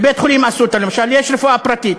בבית-חולים "אסותא", למשל, יש רפואה פרטית.